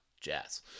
Jazz